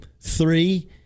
three